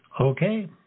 Okay